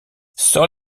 sors